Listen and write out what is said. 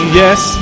yes